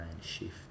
shift